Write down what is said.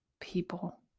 people